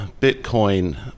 Bitcoin